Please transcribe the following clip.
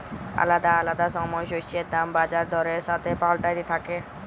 আলাদা আলাদা সময় শস্যের দাম বাজার দরের সাথে পাল্টাতে থাক্যে